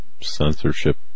censorship